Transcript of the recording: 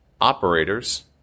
operators